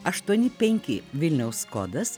aštuoni penki vilniaus kodas